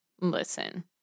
listen